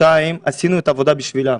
שנית, עשינו את העבודה בשבילם.